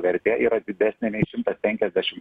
vertė yra didesnė nei šimtas penkiasdešim